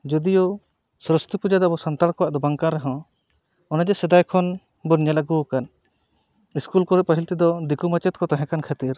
ᱡᱳᱫᱤᱭᱳ ᱥᱚᱨᱚᱥᱚᱛᱤ ᱯᱩᱡᱟᱹ ᱫᱚ ᱟᱵᱚ ᱥᱟᱱᱛᱟᱲ ᱠᱚᱣᱟᱜ ᱫᱚ ᱵᱟᱝ ᱠᱟᱱᱨᱮᱦᱚᱸ ᱚᱱᱮᱡᱮ ᱥᱮᱫᱟᱭ ᱠᱷᱚᱱ ᱵᱚᱱ ᱧᱮᱞ ᱟᱹᱜᱩ ᱟᱠᱟᱫ ᱤᱥᱠᱩᱞ ᱠᱚᱨᱮᱫ ᱯᱟᱦᱤᱞ ᱛᱮᱫᱚ ᱫᱤᱠᱩ ᱢᱟᱪᱮᱫ ᱠᱚ ᱛᱟᱦᱮᱠᱟᱱ ᱠᱷᱟᱛᱤᱨ